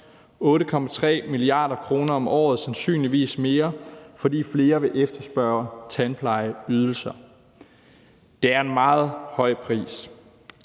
8,3 mia. kr. om året, sandsynligvis mere, fordi flere vil efterspørge tandplejeydelser. Det er en meget høj pris.